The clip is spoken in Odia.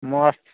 ମସ୍ତ୍